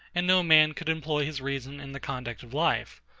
and no man could employ his reason in the conduct of life.